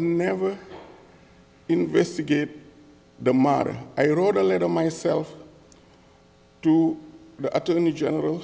never investigated the matter i wrote a letter myself to the attorney general